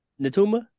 Natuma